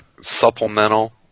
supplemental